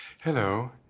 Hello